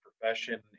profession